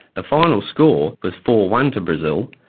the final score was four one to brazil,